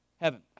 heaven